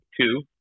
two